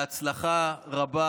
בהצלחה רבה.